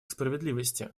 справедливости